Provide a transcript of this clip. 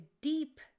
deep